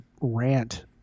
rant